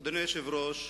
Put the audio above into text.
אדוני היושב-ראש,